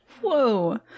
Whoa